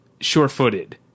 sure-footed